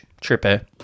tripper